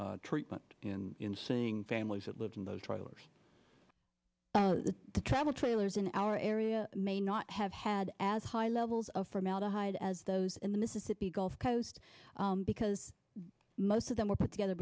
treatment and seeing families that lived in those trailers to travel trailers in our area may not have had as high levels of formaldehyde as those in the mississippi gulf coast because most of them were put together